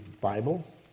Bible